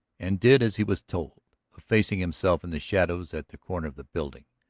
and did as he was told, effacing himself in the shadows at the corner of the building,